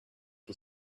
you